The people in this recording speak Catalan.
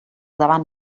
davant